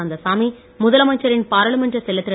கந்தசாமி முதலமைச்சர் பாராளுமன்ற செயலர் திரு